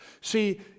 See